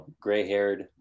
gray-haired